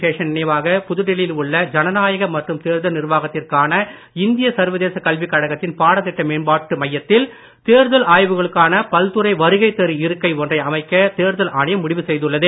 சேஷன் நினைவாக புதுடெல்லியில் உள்ள ஜனநாயக மற்றும் தேர்தல் நிர்வாகத்திற்கான இந்திய சர்வதேச கல்விக் கழகத்தின் பாடதிட்ட மேம்பாட்டு மையத்தில் தேர்தல் ஆய்வுகளுக்கான பல்துறை வருகைதரு இருக்கை ஒன்றை அமைக்க தேர்தல் ஆணையம் முடிவு செய்துள்ளது